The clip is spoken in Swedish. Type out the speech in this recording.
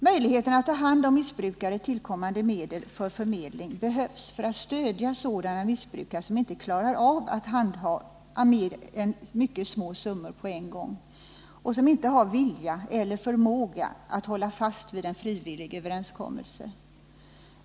Möjligheten att ta hand om missbrukare tillkommande medel för förmedling behövs för att stödja sådana missbrukare som inte klarar av att handha mer än mycket små summor på en gång och som inte har vilja eller förmåga att hålla fast vid en frivillig överenskommelse.